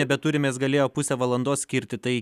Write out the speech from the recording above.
nebeturim galėjo pusę valandos skirti tai